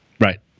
Right